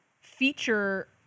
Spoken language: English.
feature